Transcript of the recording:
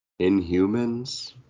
Inhumans